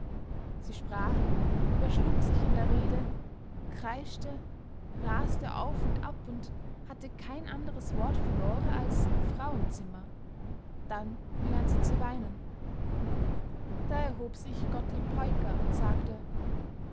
sie sprach überschlug sich in der rede kreischte raste auf und ab und hatte kein andres wort für lore als frauenzimmer dann begann sie zu weinen da erhob sich gottlieb peuker und sagte